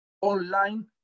online